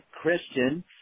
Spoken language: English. Christian